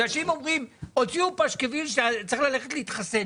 בגלל שאם אומרים: הוציאו פשקוויל שצריך ללכת להתחסן,